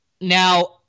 Now